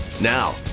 Now